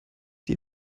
die